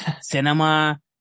cinema